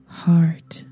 heart